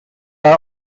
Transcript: are